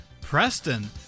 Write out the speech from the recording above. Preston